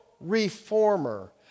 reformer